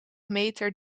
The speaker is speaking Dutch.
meter